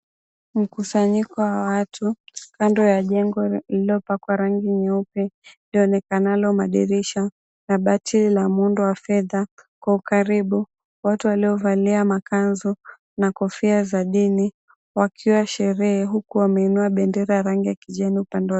Mkusanyiko wa watu waliokuwa kando ya jengo leupe lionekalo dirisha na bati la muundo wa fetha kwa ukaribu watu waliovalia ma kanzu na kofia za dini wakiwa sherehe huku wakiwa wameinua bendera ya kijani.